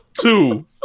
Two